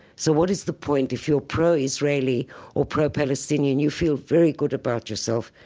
so what is the point? if you're pro-israeli or pro-palestinian, you feel very good about yourself,